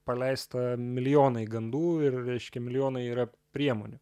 paleista milijonai gandų ir reiškia milijonai yra priemonių